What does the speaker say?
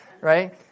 right